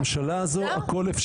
בממשלה הזו הכל אפשרי.